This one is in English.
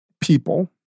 people